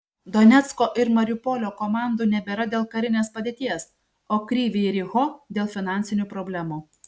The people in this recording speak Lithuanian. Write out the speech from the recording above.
donecko ir mariupolio komandų nebėra dėl karinės padėties o kryvyj riho dėl finansinių problemų